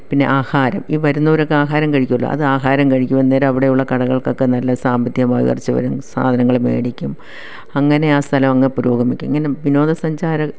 പിന്നെ ആഹാരം ഈ വരുന്നവരൊക്കെ ആഹാരം കഴിക്കുവല്ലോ ആഹാരം കഴിക്കും അന്നേരം അവിടെയുള്ള കടകൾക്കൊക്കെ നല്ല സാമ്പത്തികമായി ഉയർച്ച വരും സാധനങ്ങള് മേടിക്കും അങ്ങനെ ആ സ്ഥലം അങ്ങ് പുരോഗമിക്കും ഇങ്ങനെ വിനോദസഞ്ചാര